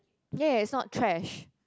ya it's not trash